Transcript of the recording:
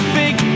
big